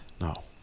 No